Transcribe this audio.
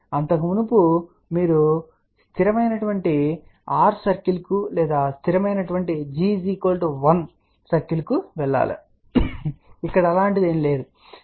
అంతకు మునుపు మీరు స్థిరమైన r సర్కిల్కు లేదా స్థిరమైన g 1 సర్కిల్కు వెళ్లాలి ఇక్కడ అలాంటిదేమీ లేదు సరే